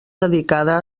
dedicada